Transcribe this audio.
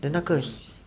then 那个